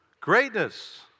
Greatness